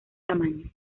tamaño